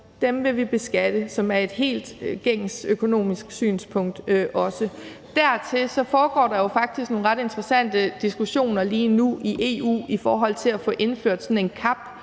vil vi beskatte, hvilket er et helt gængs økonomisk synspunkt. Derudover foregår der jo faktisk nogle ret interessante diskussioner lige nu i EU i forhold til at få indført sådan en cap